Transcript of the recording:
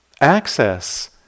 access